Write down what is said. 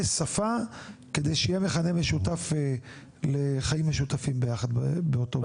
שפה כדי שיהיה מכנה משותף לחיים משותפים ביחד באותו בית.